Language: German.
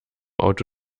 auto